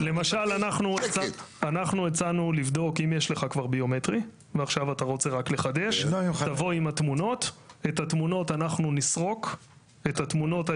אם היינו מוצאים עכשיו מאה עובדים של משרד הביטחון שהיו